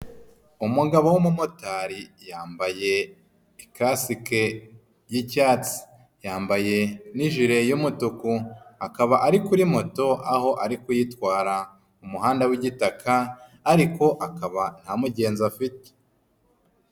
Umugabo w'umumotari yambaye ikasike y'icyatsi, yambaye n'ijire y'umutuku akaba ari kuri moto aho ari kuyitwara mu muhanda w'igitaka ariko akaba nta mugenzi afite.